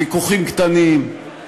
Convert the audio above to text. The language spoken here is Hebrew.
ויכוחים קטנים,